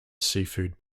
seafood